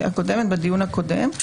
הקודמת, בדיון הקודם.